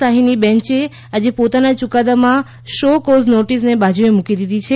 સાહીની બેંચે આજે પોતાના યુકાદામાં શો કોઝ નોટિસને બાજુએ મૂકી દીધી છે